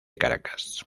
caracas